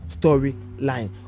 storyline